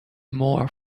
more